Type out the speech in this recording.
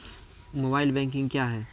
Mobile banking क्या हैं?